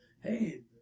Hey